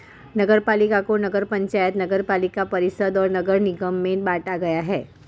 नगरपालिका को नगर पंचायत, नगरपालिका परिषद और नगर निगम में बांटा गया है